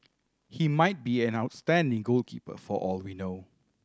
he might be an outstanding goalkeeper for all we know